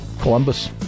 Columbus